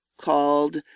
called